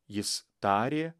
jis tarė